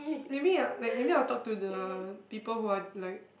maybe uh like maybe I'll talk to the people who are like